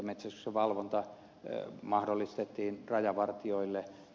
metsästyksen valvonta mahdollistettiin rajavartijoille